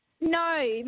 No